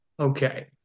Okay